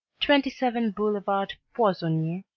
twenty seven boulevard poisonniere,